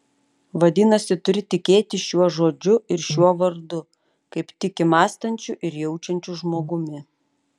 vadinasi turi tikėti šiuo žodžiu ir šiuo vardu kaip tiki mąstančiu ir jaučiančiu žmogumi